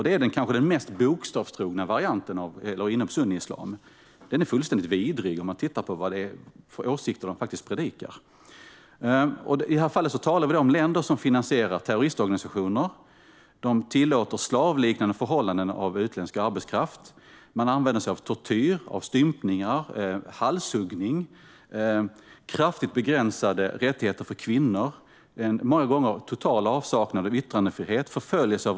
Det är den kanske mest bokstavstrogna varianten inom sunniislam. Den är fullständigt vidrig sett till de åsikter som faktiskt predikas. I dessa fall talar vi om länder som finansierar terroristorganisationer. De tillåter slavliknande förhållanden för utländsk arbetskraft och använder sig av tortyr, stympning och halshuggning. Kvinnors rättigheter är kraftigt begränsade. Många gånger råder total avsaknad av yttrandefrihet.